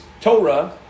Torah